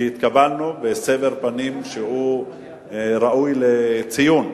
כי התקבלנו בסבר פנים ראוי לציון.